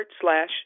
slash